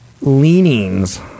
leanings